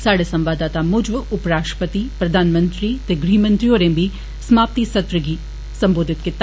साह्डे संवाददाता मुजब उप राष्ट्रपति प्रधानमंत्री ते गृहमंत्री होरे बी समाप्ती सत्र् गी सम्बोधित कीता